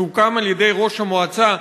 שהוקם על-ידי ראש המועצה,